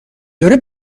داره